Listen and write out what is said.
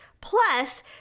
plus